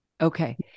Okay